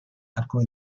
alcuni